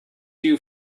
you